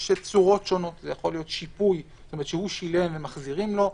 יש צורות שונות שיפוי כלומר שהוא שילם ומחזירים לו,